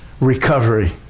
recovery